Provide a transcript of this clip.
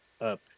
up